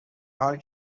حالی